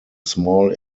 small